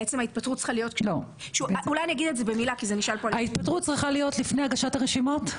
ההתפטרות צריכה להיות --- ההתפטרות צריכה להיות לפני הגשת הרשימות?